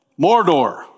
Mordor